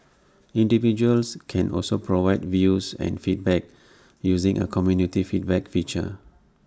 individuals can also provide views and feedback using A community feedback feature